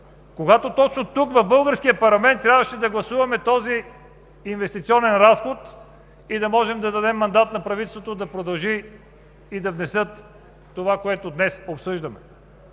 когато точно тук, в българския парламент, трябваше да гласуваме този инвестиционен разход и да можем да дадем мандат на правителството да продължи и да внесе това, което днес обсъждаме.